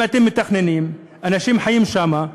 אם אתם מתכננים, אנשים חיים שם.